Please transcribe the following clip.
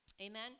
Amen